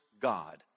God